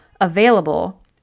available